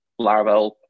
Laravel